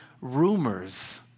rumors